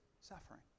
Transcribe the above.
suffering